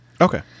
Okay